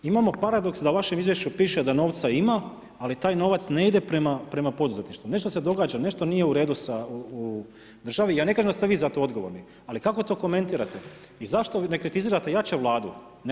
Imamo paradoks da u vašem izvješću piše da novca ima, ali taj novac ne ide prema poduzetništvu, nešto se događa, nešto nije u redu u državi, ja ne kažem da ste vi za to odgovorni, ali kako to komentirate i zašto ne kritizirate jače Vladu?